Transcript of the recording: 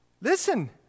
Listen